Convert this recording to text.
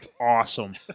awesome